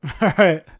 right